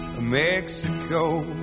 Mexico